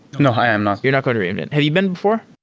no, i am not you are not going to reinvent. have you been before?